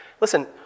listen